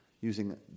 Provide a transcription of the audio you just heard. using